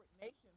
nations